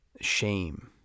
shame